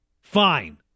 Fine